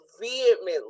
vehemently